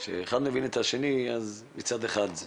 כשאחד מבין את השני מצד אחד זה